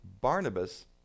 Barnabas